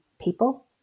people